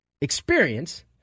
experience